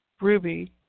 Ruby